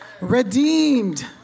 redeemed